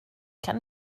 kan